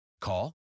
Call